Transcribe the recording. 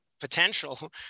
potential